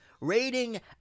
rating